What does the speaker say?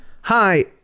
Hi